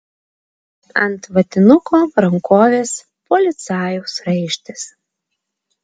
ant vatinuko rankovės policajaus raištis